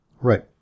right